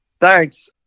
thanks